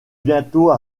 bientôt